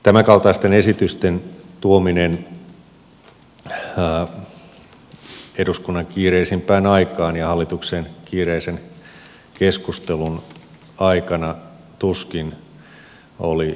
tämänkaltaisten esitysten tuominen eduskunnan kiireisimpään aikaan ja hallituksen kiireisen keskustelun aikana tuskin oli sattumaa